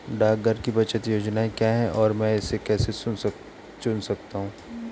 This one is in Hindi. डाकघर की बचत योजनाएँ क्या हैं और मैं इसे कैसे चुन सकता हूँ?